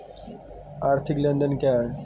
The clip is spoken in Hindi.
आर्थिक लेनदेन क्या है?